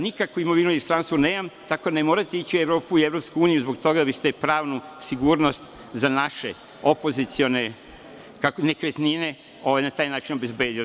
Nikakvu imovinu u inostranstvu nemam, tako da ne morate ići u Evropu i EU zbog toga da biste pravnu sigurnost za naše opozicione nekretnine na taj način obezbedili.